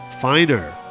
Finer